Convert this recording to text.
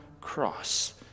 cross